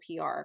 PR